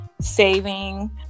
saving